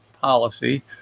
policy